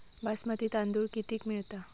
बासमती तांदूळ कितीक मिळता?